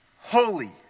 holy